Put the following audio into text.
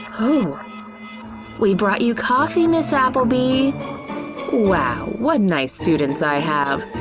oh we brought you coffee miss appleby wow what nice students i have